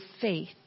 faith